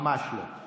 ממש לא.